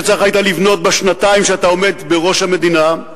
שצריך היית לבנות בשנתיים שאתה עומד בראש המדינה,